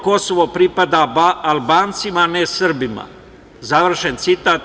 Kosovo pripada Albancima, a ne Srbima“, završen citat.